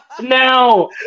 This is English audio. Now